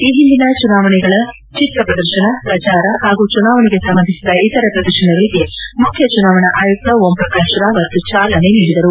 ಈ ಹಿಂದಿನ ಚುನಾವಣೆಗಳ ಚಿತ್ರ ಪ್ರದರ್ಶನ ಪ್ರಚಾರ ಹಾಗೂ ಚುನಾವಣೆಗೆ ಸಂಬಂಧಿಸಿದ ಇತರೆ ಪ್ರದರ್ಶನಗಳಿಗೆ ಮುಖ್ಯ ಚುನಾವಣೆ ಆಯುಕ್ತ ಓಂ ಪ್ರಕಾಶ್ ರಾವತ್ ಚಾಲನೆ ನೀಡಿದರು